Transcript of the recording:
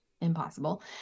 impossible